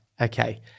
Okay